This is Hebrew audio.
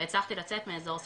והצלחתי לצאת מאזור סכנה,